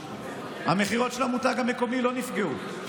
המכירות של המותג המקומי לא נפגעו.